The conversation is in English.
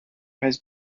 has